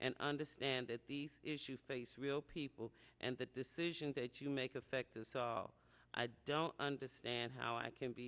and understand that these issues face real people and the decisions that you make affect us all i don't understand how i can be